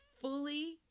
fully